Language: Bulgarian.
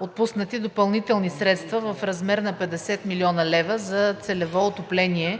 отпуснати допълнителни средства в размер на 50 млн. лв. за целево подпомагане